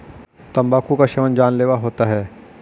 तंबाकू का सेवन जानलेवा होता है